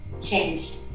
changed